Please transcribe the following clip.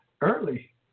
early